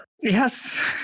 Yes